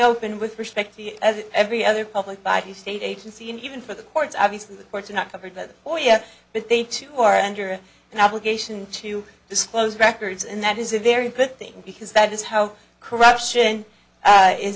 open with respect to every other public by the state agency and even for the courts obviously the courts are not covered by the oh yes but they too are under an obligation to disclose records and that is a very good thing because that is how corruption